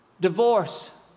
Divorce